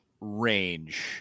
range